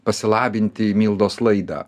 pasilabinti į mildos laidą